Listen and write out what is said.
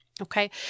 Okay